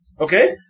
Okay